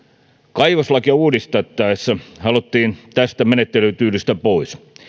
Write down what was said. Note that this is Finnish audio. kaivoslakia uudistettaessa haluttiin tästä menettelytyylistä pois